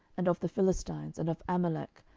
and of the philistines, and of amalek,